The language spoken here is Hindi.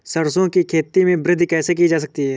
सरसो की खेती में वृद्धि कैसे की जाती है?